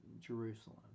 Jerusalem